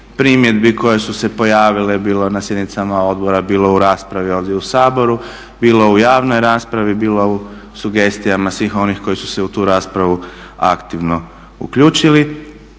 primjedbi koje su se pojavile bilo na sjednicama odbora, bilo u raspravi ovdje u Saboru, bilo u javnoj raspravi, bilo u sugestijama svih onih koji su se u tu raspravu aktivno uključili.